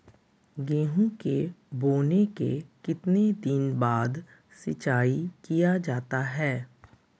गेंहू के बोने के कितने दिन बाद सिंचाई किया जाता है?